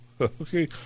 okay